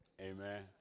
Amen